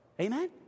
Amen